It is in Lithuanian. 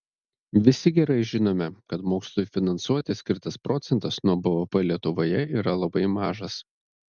visi gerai žinome kad mokslui finansuoti skirtas procentas nuo bvp lietuvoje yra labai mažas